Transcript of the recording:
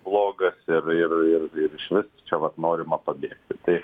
blogas ir ir ir išvis čia vat norima pabėgti tai